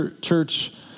church